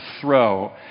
throw